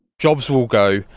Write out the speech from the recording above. jobs will go,